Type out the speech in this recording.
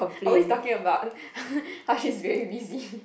always talking about how she's very busy